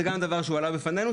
זה גם דבר שעלה בפנינו,